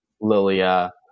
Lilia